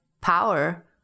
power